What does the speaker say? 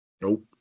Nope